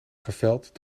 geveld